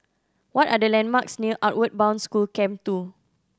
what are the landmarks near Outward Bound School Camp Two